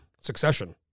Succession